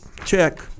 check